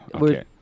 Okay